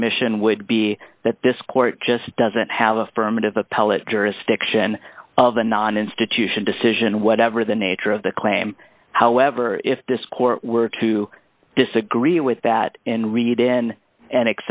submission would be that this court just doesn't have affirmative appellate jurisdiction of a non institution decision whatever the nature of the claim however if this court were to disagree with that and read in an